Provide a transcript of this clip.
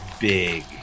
big